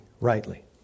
rightly